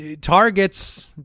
targets